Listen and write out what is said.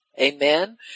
Amen